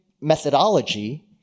methodology